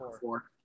four